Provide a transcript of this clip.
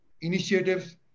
initiatives